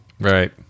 right